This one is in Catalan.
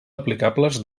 aplicables